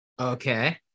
okay